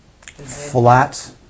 Flat